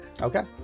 Okay